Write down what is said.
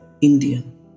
Indian